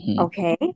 Okay